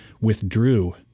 withdrew